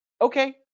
Okay